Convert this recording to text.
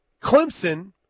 Clemson